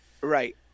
Right